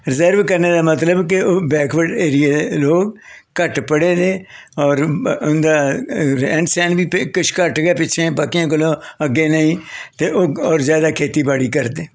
reserve करने दा मतलब कि बैकवर्ड एरिये दे लोग घट्ट पढ़े दे होर उंदा रैह्न सैह्न बी किश घट्ट गै पिच्छें ते बाकियें कोला अग्गें नेईं ते ओह् जादा खेत्ती बाड़ी करदे